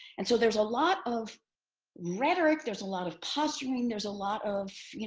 and so there's a lot of rhetoric, there's a lot of posturing, there's a lot of